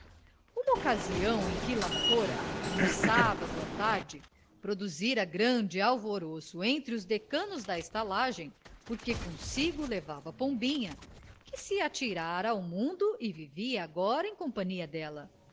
uma ocasião em que lá fora um sábado à tarde produzira grande alvoroço entre os decanos da estalagem porque consigo levava pombinha que se atirara ao mundo e vivia agora em companhia dela